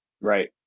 right